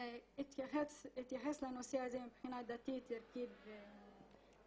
שהתייחס לנושא הזה מבחינה דתית, ערכית וחינוכית.